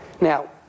Now